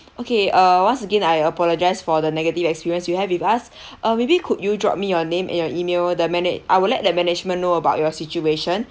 okay uh once again I apologise for the negative experience you have with us uh maybe could you drop me your name and your email the mana~ I would let the management know about your situation